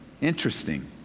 Interesting